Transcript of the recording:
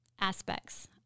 aspects